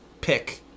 pick